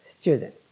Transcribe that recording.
student